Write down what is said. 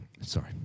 sorry